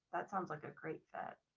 that sounds like a great fit.